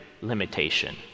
limitation